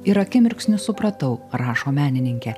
ir akimirksniu supratau rašo menininkė